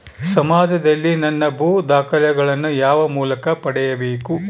ಸಮಾಜದಲ್ಲಿ ನನ್ನ ಭೂ ದಾಖಲೆಗಳನ್ನು ಯಾವ ಮೂಲಕ ಪಡೆಯಬೇಕು?